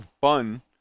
fun